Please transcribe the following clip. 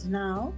now